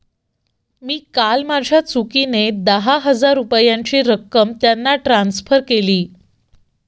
मी काल माझ्या चुकीने दहा हजार रुपयांची रक्कम त्यांना ट्रान्सफर केली